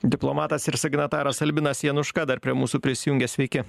diplomatas ir signataras albinas januška dar prie mūsų prisijungė sveiki